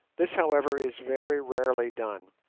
this, however, is very rarely done,